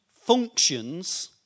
functions